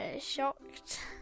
Shocked